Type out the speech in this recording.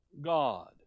God